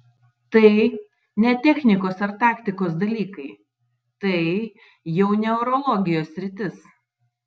tai ne technikos ar taktikos dalykai tai jau neurologijos sritis